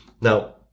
Now